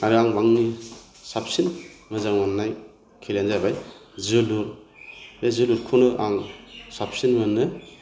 आरो आं आंनि साबसिन मोजां मोन्नाय खेलायानो जाबाय जोलुर बे जोलुरखौनो आं साबसिन मोनो